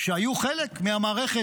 שהיו חלק מהמערכת